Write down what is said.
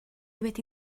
wedi